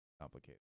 complicated